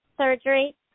surgery